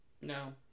No